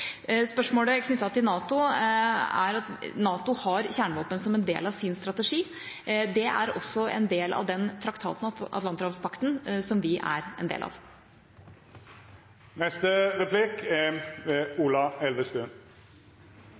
spørsmålet knyttet til NATO er at NATO har kjernevåpen som en del av sin strategi. Det er også en del av Atlanterhavspakten, som vi er en del